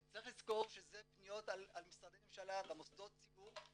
צריך לזכור שאלה פניות על משרדי ממשלה ומוסדות ציבור.